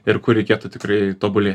ir kur reikėtų tikrai tobuli